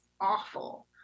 awful